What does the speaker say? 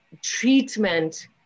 treatment